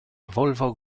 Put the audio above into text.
volvo